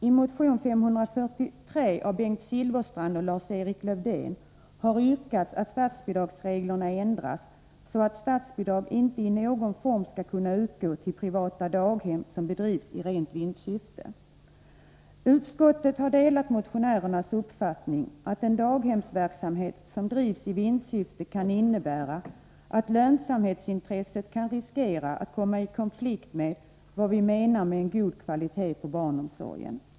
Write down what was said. I motion 543 av Bengt Silfverstrand och Lars-Erik Lövdén har yrkats att statsbidragsreglerna ändras så att statsbidrag inte i någon form skall kunna utgå till privata daghem som bedrivs i rent vinstsyfte. Utskottet delar motionärernas uppfattning att en daghemsverksamhet som drivs i vinstsyfte kan innebära att lönsamhetsintresset riskerar att komma i konflikt med vad vi menar med en god kvalitet på barnomsorgen.